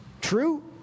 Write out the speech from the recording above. True